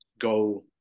go